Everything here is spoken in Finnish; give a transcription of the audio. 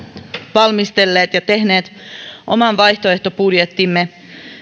valmistelleet ja tehneet oman vaihtoehtobudjettimme